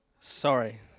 Sorry